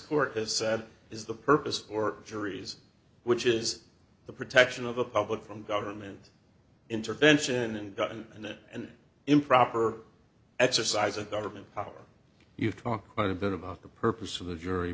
has said is the purpose or juries which is the protection of the public from government intervention and gotten an a and improper exercise of government power you've talked quite a bit about the purpose of the jury